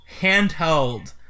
handheld